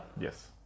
Yes